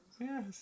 Yes